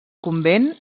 convent